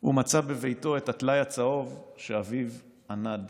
הוא מצא בביתו את הטלאי הצהוב שאביו ענד